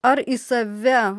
ar į save